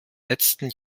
letzten